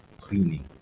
cleaning